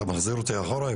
אתה מחזיר אותי אחורה?